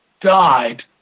died